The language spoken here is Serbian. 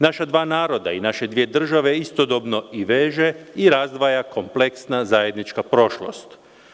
Naša dva naroda i naše dvije države istodobno i veže i razdvaja kompleksna zajednička prošlost.